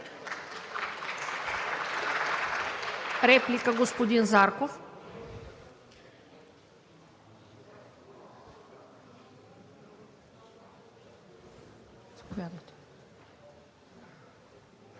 Реплика – господин Зарков.